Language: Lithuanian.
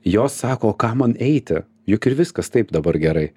jos sako o kam man eiti juk ir viskas taip dabar gerai